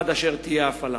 עד אשר תהיה ההפעלה.